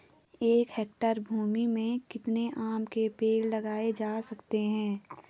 एक हेक्टेयर भूमि में कितने आम के पेड़ लगाए जा सकते हैं?